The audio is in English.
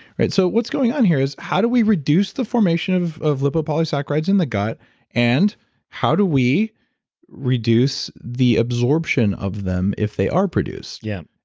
so what's going on here is how do we reduce the formation of of lipopolysaccharides in the gut and how do we reduce the absorption of them if they are produced? yeah.